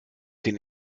den